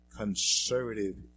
Conservative